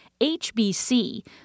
HBC